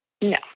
No